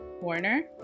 Warner